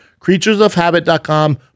CreaturesOfHabit.com